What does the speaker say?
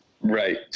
right